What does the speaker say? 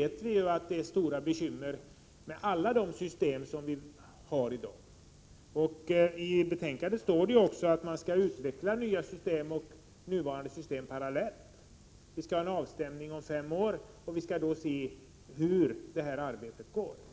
vet vi att det är stora bekymmer med alla de system som finns i dag. I betänkandet står det också att nya system skall utvecklas parallellt med nuvarande system och att det skall ske en avstämning om fem år, då vi skall se hur arbetet har gått.